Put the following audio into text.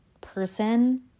person